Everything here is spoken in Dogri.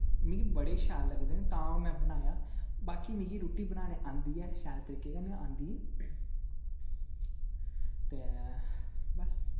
मिगी बड़े शैल ओह् लगदे नां में ओह् बनाया बाकी मिगी रुट्टी बनाने आंदी ऐ शैल तरीके कन्नै आंदी ऐ ते बस